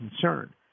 concern